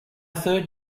third